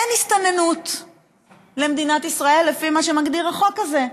אין הסתננות למדינת ישראל לפי מה שמגדיר החוק הזה.